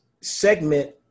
segment